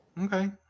Okay